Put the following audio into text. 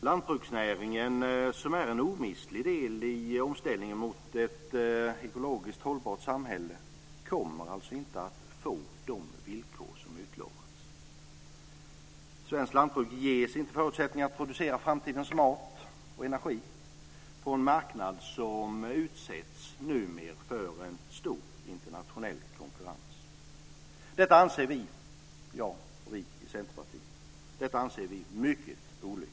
Lantbruksnäringen, som är en omistlig del i omställningen mot ett ekologiskt hållbart samhälle, kommer alltså inte att få de villkor som utlovats. Svenskt lantbruk ges inte förutsättningar att producera framtidens mat och energi på en marknad som numera utsätts för stor internationell konkurrens. Detta anser vi i Centerpartiet vara mycket olyckligt.